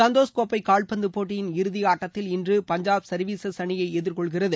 சந்தோஷ் கோப்பை கால்பந்து போட்டியின் இறுதி ஆட்டத்தில் இன்று பஞ்சாப் சர்வீஸஸ் அணியை எதிர்கொள்கிறது